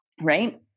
right